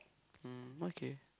mm okay